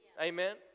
Amen